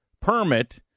permit